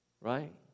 right